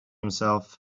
himself